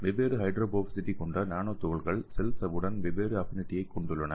வெவ்வேறு ஹைட்ரோபோபசிட்டி கொண்ட நானோ துகள்கள் செல் சவ்வுடன் வெவ்வேறு அஃப்பினிடியை கொண்டுள்ளன